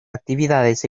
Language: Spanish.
actividades